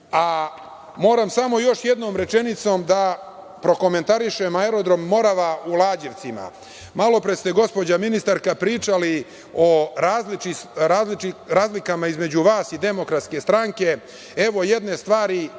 krivu? Moram samo još jednom rečenicom da prokomentarišem aerodrom „Morava“ u Lađevcima. Malopre ste gospođo ministarka pričali o razlikama između vas i Demokratske stranke. Evo jedne stvari